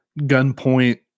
gunpoint